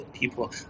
people